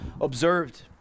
observed